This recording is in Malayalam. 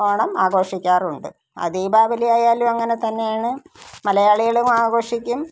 ഓണം ആഘോഷിക്കാറുണ്ട് അത് ദീപാവലിയായാലും അങ്ങനെ തന്നെയാണ് മലയാളികളും ആഘോഷിക്കും